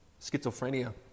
schizophrenia